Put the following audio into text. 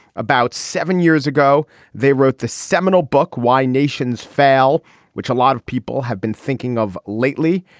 about seven years ago they wrote the seminal book why nations fail which a lot of people have been thinking of lately.